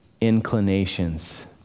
inclinations